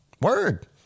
Word